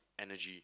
energy